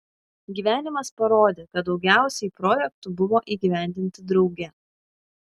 gyvenimas parodė kad daugiausiai projektų buvo įgyvendinti drauge